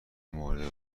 مورد